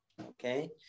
okay